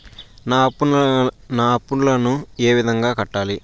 నా అప్పులను ఏ విధంగా కట్టాలి?